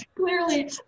clearly